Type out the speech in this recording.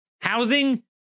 Housing